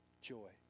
joy